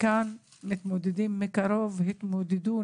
כאן ומתמודדים או התמודדו מקרוב,